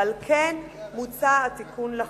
ועל כן מוצע התיקון לחוק.